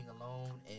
alone